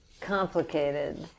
complicated